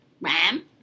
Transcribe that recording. Ram